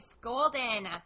golden